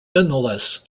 nonetheless